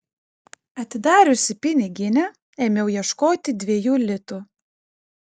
atidariusi piniginę ėmiau ieškoti dviejų litų